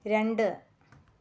രണ്ട്